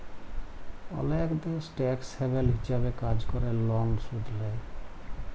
অলেক দ্যাশ টেকস হ্যাভেল হিছাবে কাজ ক্যরে লন শুধ লেই